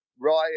Ryan